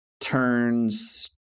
turns